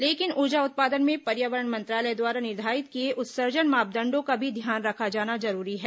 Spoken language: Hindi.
लेकिन ऊर्जा उत्पादन में पर्यावरण मंत्रालय द्वारा निर्धारित किए उत्सर्जन मानदंडों का भी ध्यान रखा जाना जरूरी है